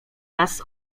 raz